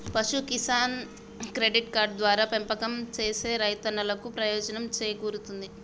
పశు Kisan credit card ద్వారా పెంపకం సేసే రైతన్నలకు ప్రయోజనం సేకూరుతుంది